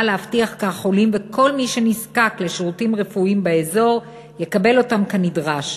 להבטיח כי החולים וכל מי שנזקק לשירותים רפואיים באזור יקבל אותם כנדרש,